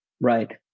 right